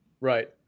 Right